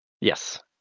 Yes